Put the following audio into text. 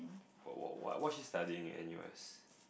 what what what what she's studying in N_U_S